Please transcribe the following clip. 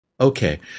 Okay